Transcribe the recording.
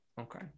Okay